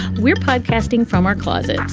we're podcasting from our closets.